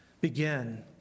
begin